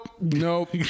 nope